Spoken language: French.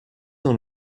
dans